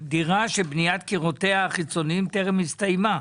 על דירה שבניית קירותיה החיצוניים טרם הסתיימה.